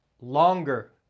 longer